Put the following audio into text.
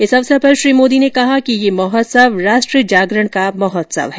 इस अवसर पर श्री मोदी ने कहा कि यह महोत्सव राष्ट्र जागरण का महोत्सव है